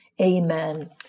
Amen